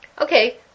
Okay